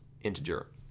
integer